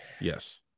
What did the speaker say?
Yes